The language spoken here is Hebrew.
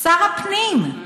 שר הפנים,